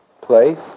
place